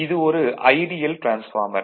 இது ஒரு ideal transformer